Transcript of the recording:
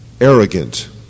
arrogant